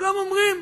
כולם אומרים: